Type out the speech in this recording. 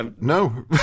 No